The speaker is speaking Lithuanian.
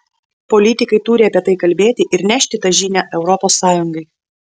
politikai turi apie tai kalbėti ir nešti tą žinią europos sąjungai